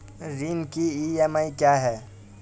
ऋण की ई.एम.आई क्या है?